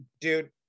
dude